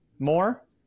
more